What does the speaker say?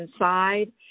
inside